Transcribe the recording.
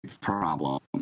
problem